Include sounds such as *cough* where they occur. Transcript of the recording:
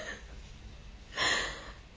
*breath*